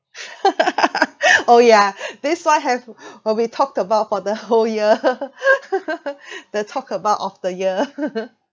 oh yeah this one have will be talked about for the whole year the talk about of the year